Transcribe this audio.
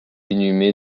inhumé